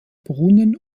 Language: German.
brunnen